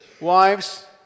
wives